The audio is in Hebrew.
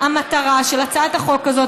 המטרה של הצעת החוק הזאת,